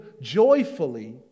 joyfully